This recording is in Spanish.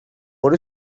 por